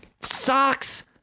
Socks